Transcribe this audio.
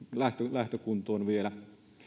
lähtökuntoon vielä